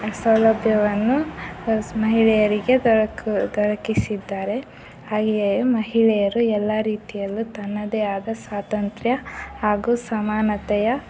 ಸೌಲಭ್ಯವನ್ನು ಮಹಿಳೆಯರಿಗೆ ದೊರಕ್ ದೊರಕಿಸಿದ್ದಾರೆ ಹಾಗೆಯೇ ಮಹಿಳೆಯರು ಎಲ್ಲ ರೀತಿಯಲ್ಲೂ ತನ್ನದೇ ಆದ ಸ್ವಾತಂತ್ರ್ಯ ಹಾಗೂ ಸಮಾನತೆಯ